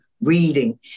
reading